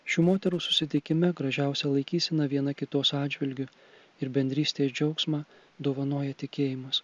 šių moterų susitikime gražiausią laikyseną viena kitos atžvilgiu ir bendrystės džiaugsmą dovanoja tikėjimas